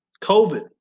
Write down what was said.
COVID